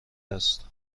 است